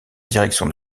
direction